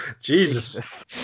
Jesus